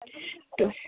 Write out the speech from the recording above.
to